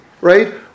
right